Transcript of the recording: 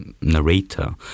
narrator